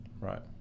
Right